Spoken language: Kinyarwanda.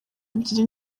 ebyiri